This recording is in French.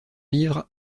livres